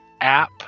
app